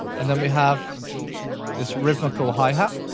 and then we have this rhythmical high hat.